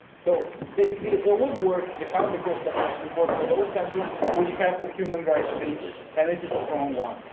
so basically, it would work the count the cost approach would work for those countries which have the human rights basis. and it's a strong one.